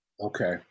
Okay